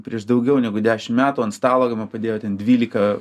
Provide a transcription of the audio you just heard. prieš daugiau negu dešim metų ant stalo padėjo ten dvylika